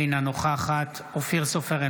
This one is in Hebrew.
אינה נוכחת אופיר סופר,